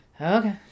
Okay